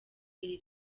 iri